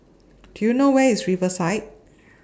Do YOU know Where IS Riverside